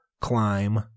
climb